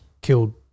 killed